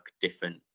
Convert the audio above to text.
different